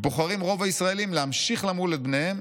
בוחרים רוב הישראלים להמשיך למול את בניהם,